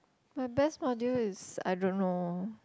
my best module is I don't know